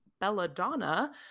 Belladonna